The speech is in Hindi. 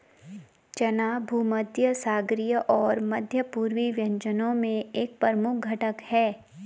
चना भूमध्यसागरीय और मध्य पूर्वी व्यंजनों में एक प्रमुख घटक है